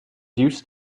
used